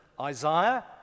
Isaiah